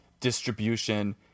distribution